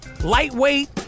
lightweight